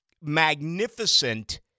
magnificent